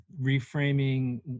reframing